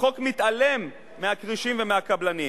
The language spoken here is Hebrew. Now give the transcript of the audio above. החוק מתעלם מהכרישים ומהקבלנים.